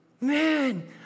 Man